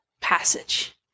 passage